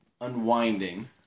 unwinding